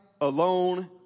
alone